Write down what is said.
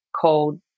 called